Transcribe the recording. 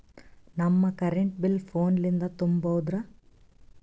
ನಮ್ current bill ಫೋನ ಲಿಂದೇ ತುಂಬೌದ್ರಾ?